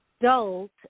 adult